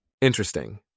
Interesting